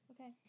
Okay